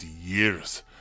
years